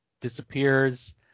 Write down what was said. disappears